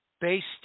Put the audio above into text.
based